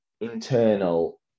internal